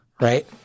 right